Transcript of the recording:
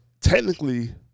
technically